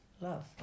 love